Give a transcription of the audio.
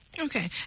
Okay